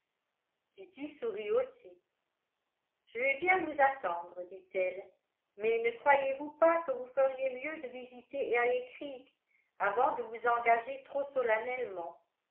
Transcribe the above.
kitty sourit aussi je veux bien vous attendre dit-elle mais ne croyez-vous pas que vous feriez mieux de visiter eriécreek avant de vous engager trop solennellement